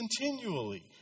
continually